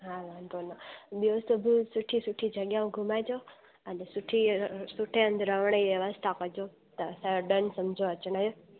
हा वांदो न ॿियो सभु सुठी सुठी जॻहियुनि घुमाइजो अने सुठी सुठे हंधि रहण जी व्यवस्था कजो त असांजो डन सम्झो अचण जो